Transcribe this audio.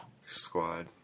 Squad